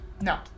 No